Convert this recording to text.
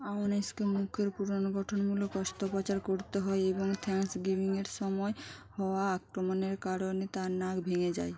আওনেস্কের মুখের পুনর্গঠনমূলক অস্ত্রপচার করতে হয় এবং থ্যাঙ্কসগিভিংয়ের সময় হওয়া আক্রমণের কারণে তাঁর নাক ভেঙে যায়